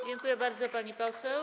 Dziękuję bardzo, pani poseł.